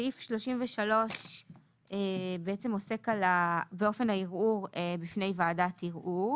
סעיף 33 עוסק באופן הערעור בפני ועדת ערעור.